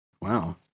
Wow